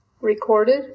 Recorded